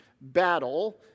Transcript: battle